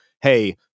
hey